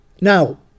Now